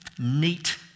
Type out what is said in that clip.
neat